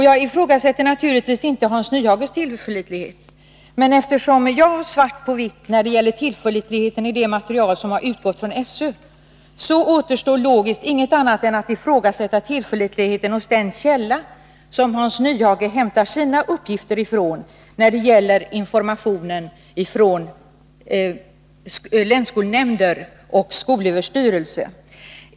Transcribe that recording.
Jag ifrågasätter naturligtvis inte Hans Nyhages tillförlitlighet, men eftersom jag har svart på vitt när det gäller tillförlitligheten i det material som har utgått från SÖ, återstår logiskt inget annat än att ifrågasätta tillförlitligheten hos den källa som Hans Nyhage hämtat sina uppgifter från när det gäller informationen från länsskolnämnder och skolöverstyrelse.